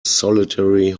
solitary